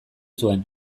zuen